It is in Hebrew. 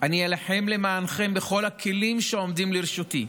ואני אילחם למענכם בכל הכלים שעומדים לרשותי.